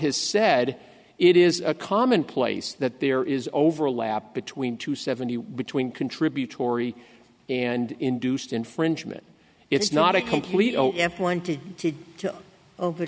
has said it is a commonplace that there is overlap between two seventy between contributory and induced infringement it's not a complete o